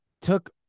took